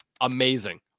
Amazing